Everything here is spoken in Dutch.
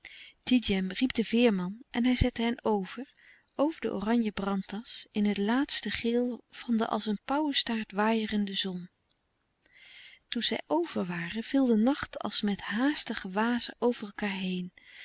tidjem riep den veerman en hij zette hen over over de oranje brantas in het laatste geel van de als een pauwestaart waaierende zon toen zij over waren viel de nacht als met haastige wazen over elkaâr heen